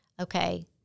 okay